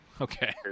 Okay